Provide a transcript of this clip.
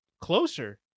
closer